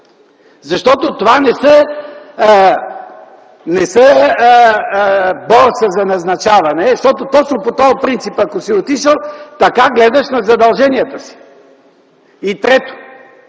защото това не е борса за назначаване, защото точно по този принцип ако си отишъл, така гледаш на задълженията си! И трето,